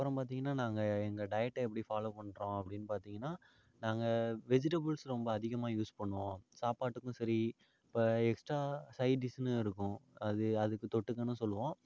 அப்புறம் பார்த்திங்கன்னா நாங்கள் எங்கள் டயட்டை எப்படி ஃபாலோ பண்ணுறோம் அப்படின்னு பார்த்திங்கன்னா நாங்கள் வெஜிடபுள்ஸ் ரொம்ப அதிகமாக யூஸ் பண்ணுவோம் சாப்பாடுக்கும் சரி இப்போ எக்ஸ்ட்ரா சைடிஷ்னு இருக்கும் அது அதுக்கு தொட்டுக்கன்னு சொல்லுவோம்